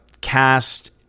cast